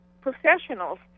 professionals